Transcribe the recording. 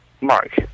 Mark